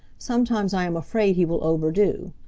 sometimes i am afraid he will overdo.